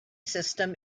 system